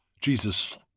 Jesus